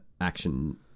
action